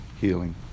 healing